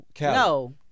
No